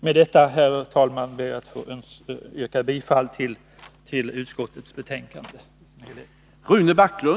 Med detta, herr talman, ber jag att få yrka bifall till utskottets hemställan.